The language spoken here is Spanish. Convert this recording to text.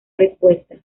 respuesta